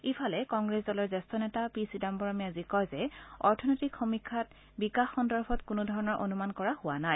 ইফালে কংগ্ৰেছ দলৰ জ্যেষ্ঠ নেতা পি চিদাম্বৰমে আজি কয় যে অৰ্থনৈতিক সমীক্ষাত বিকাশ সন্দৰ্ভত কোনো ধৰণৰ অনুমান কৰা হোৱা নাই